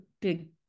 big